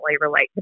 relate